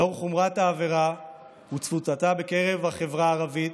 לאור חומרת העבירה ותפוצתה בקרב החברה הערבית,